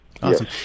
Awesome